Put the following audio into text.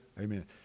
Amen